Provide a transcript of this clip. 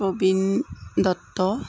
Prabin Dutta